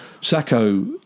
Sacco